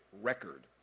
record